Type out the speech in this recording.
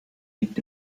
liegt